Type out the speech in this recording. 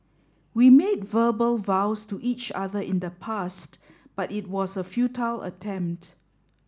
we made verbal vows to each other in the past but it was a futile attempt